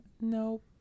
Nope